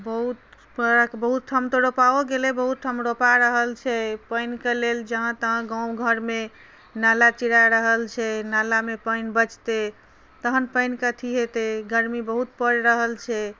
बहुत परक बहुत ठाम तऽ रोपाओ गेलै बहुत ठाम रोपा रहल छै पानिके लेल जहाँ तहाँ गाँव घरमे नाला चिरा रहल छै नालामे पानि बचतै तखन पानिके अथि हेतै गर्मी बहुत पड़ि रहल छै